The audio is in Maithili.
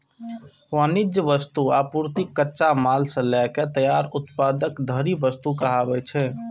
वाणिज्यिक वस्तु, आपूर्ति, कच्चा माल सं लए के तैयार उत्पाद धरि वस्तु कहाबै छै